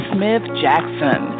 Smith-Jackson